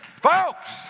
folks